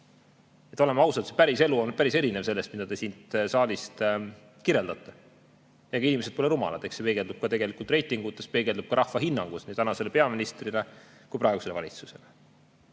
Oleme ausad, päriselu on päris erinev sellest, mida te siit saalist kirjeldate. Aga inimesed pole rumalad ja see peegeldub tegelikult reitingutes ja peegeldub ka rahva hinnangus nii tänasele peaministrile kui ka praegusele valitsusele.